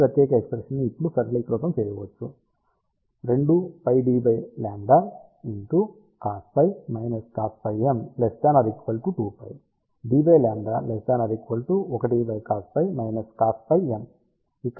కాబట్టి ఈ ప్రత్యేక ఎక్ష్ప్రెషన్ ని ఇప్పుడు సరళీకృతం చేయవచ్చు ఇక్కడ φm గరిష్ట రేడియేషన్ దిశ